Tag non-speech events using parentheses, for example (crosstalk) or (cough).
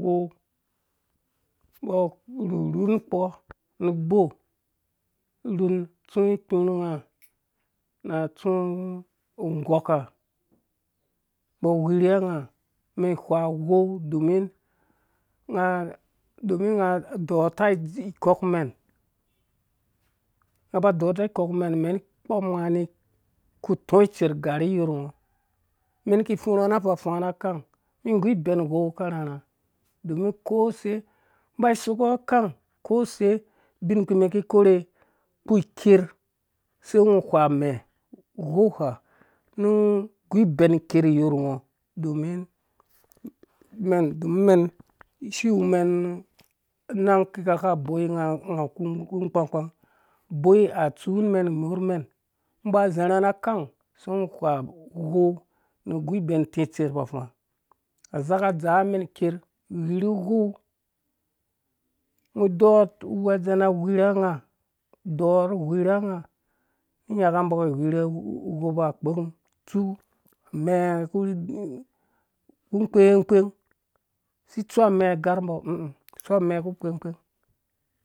Umbo arhurhu ukpɔ nu ubo rhun atsu ikpurhunga na atsu ngɔka umbɔ agwirha unga umen ihwa uwou domin unga domi unga adɔɔta ikɔkmɛn unga aba adɔɔta ikokmen umen ikpom unga ni iku itɔ itser ugari iyorngo umen ikiifurha na afafa na akang umen igu ibɛn uwɔu akarharha domin kose uba uba usok akang kose ubinkpi umɛn iki ikoer ukpu ikersai ungo uhwa ame uwɔu ha nu ugu ibɛn ikɛr iyorango domin umɛn domin umɛn isi iwumen anang kika aboyinga awu uku ukpangkpang uboi atsu umen imorhmen ungo uba uzarha na akang sai ungo uhwa uwɔu nu ugu ibɛm iti utser na afafa asaka adzaa umen iker igwirhu uwɔu ungo udɔɔr angwɛdzen na agwirha unga udɔɔr ugwirha unga udɔɔ ugwirha ungaru nyaka umbo aki igwirhu uwombo ukpeku utsu amɛɛ uku (hesitation) kpenkpem si itsu amɛɛ agarmb i. i utsu amɛɛ ukpenkpen